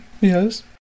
yes